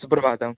सुप्रभातम्